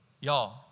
y'all